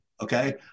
okay